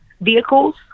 vehicles